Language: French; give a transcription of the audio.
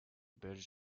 belges